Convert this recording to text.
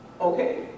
Okay